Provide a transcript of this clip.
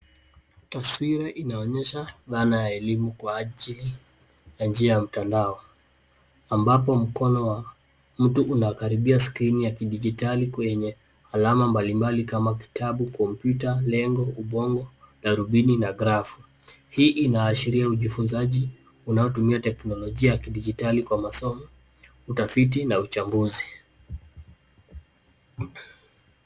Taswira inaonyesha dhana ya elimu kwa ajili ya njia ya mtandao ambapo mkono wa mtu unakaribia skrini ya kidijitali kwenye alama mbalimbali kama kitabu ,kompyuta, lengo, ubwango, darubini na grafu. Hii inaashiria ujifunzaji unaotumia teknolojia ya kidijitali kwa masomo, utafiti na uchambuzi.